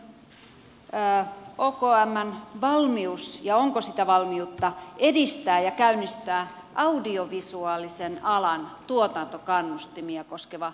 mikä on hallituksen okmn valmius ja onko sitä valmiutta edistää ja käynnistää audiovisuaalisen alan tuotantokannustimia koskeva demonstraatiohanke